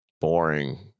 boring